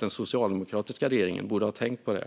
den socialdemokratiska regeringen ha tänkt på.